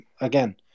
again